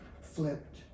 flipped